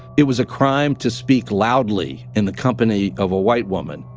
it was a crime to speak loudly in the company of a white woman.